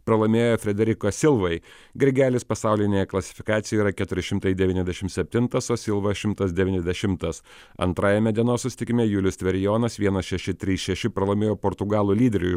pralaimėjo frederika silvai grigelis pasaulinėje klasifikacijoje yra keturi šimtai devyniasdešimt septintas o silva šimtas devyniasdešimtas antrajame dienos susitikime julius tverijonas vienas šeši trys šeši pralaimėjo portugalų lyderiui